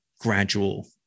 gradual